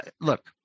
Look